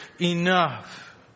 enough